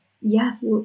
yes